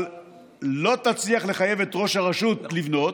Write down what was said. אבל לא תצליח לחייב את ראש הרשות לבנות,